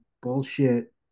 bullshit